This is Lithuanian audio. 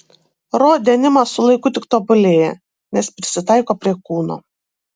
ro denimas su laiku tik tobulėja nes prisitaiko prie kūno